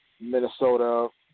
Minnesota